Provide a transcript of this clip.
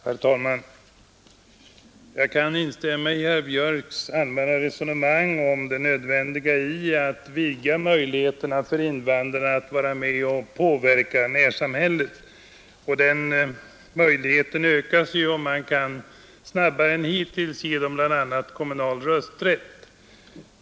Herr talman! Jag kan instämma i herr Björks i Göteborg allmänna resonemang om det nödvändiga i att vidga möjligheterna för invandrare att vara med och påverka närsamhället. Den möjligheten ökas naturligtvis, om man snabbare än vad som hittills varit fallet kan ge dem bl.a. kommunal rösträtt.